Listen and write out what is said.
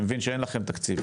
אני מבין שאין לכם תקציב.